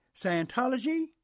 Scientology